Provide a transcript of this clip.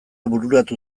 bururatu